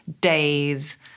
days